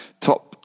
top